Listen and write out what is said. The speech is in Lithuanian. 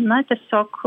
na tiesiog